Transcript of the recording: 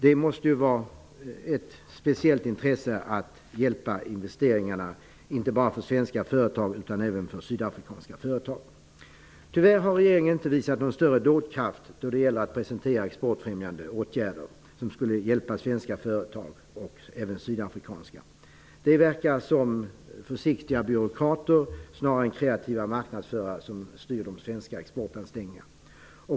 Det måste ju vara ett speciellt intresse att hjälpa till med investeringarna, och då inte bara beträffande svenska företag utan också beträffande sydafrikanska företag. Tyvärr har regeringen inte visat någon större dådkraft då det gäller att presentera exportfrämjande åtgärder som skulle hjälpa svenska och även sydafrikanska företag. Det verkar snarare vara försiktiga byråkrater, inte kreativa marknadsförare, som styr de svenska exportansträngningarna.